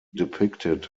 depicted